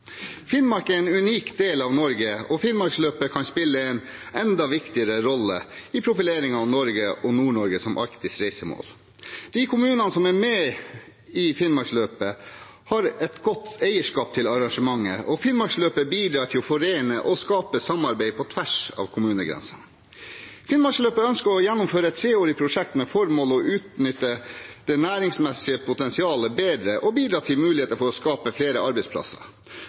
Finnmark er en unik del av Norge, og Finnmarksløpet kan spille enda viktigere rolle i profileringen av Norge og Nord-Norge som arktisk reisemål. De kommunene som er med i Finnmarksløpet, har et godt eierskap til arrangementet, og Finnmarksløpet bidrar til å forene og skape samarbeid på tvers av kommunegrensene. Finnmarksløpet ønsker å gjennomføre et treårig prosjekt med formål å utnytte det næringsmessige potensialet bedre og bidra til muligheter for å skape flere arbeidsplasser.